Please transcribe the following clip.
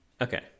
Okay